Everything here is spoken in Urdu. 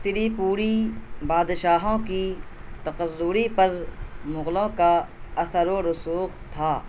تریپوری بادشاہوں کی تقرری پر مغلوں کا اثر و رسوخ تھا